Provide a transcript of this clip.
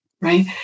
right